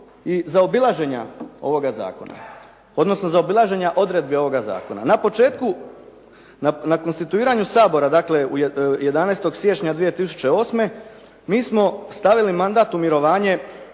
zaobilaženja odredbi ovoga zakona. Na početku, na konstituiranju Sabora, dakle 11. siječnja 2008. mi smo stavili mandat u mirovanje